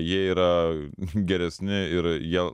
jie yra geresni ir jie